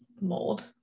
mold